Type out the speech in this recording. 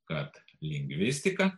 kad lingvistika